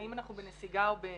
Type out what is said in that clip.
אנחנו בנסיגה או ב-